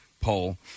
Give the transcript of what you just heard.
poll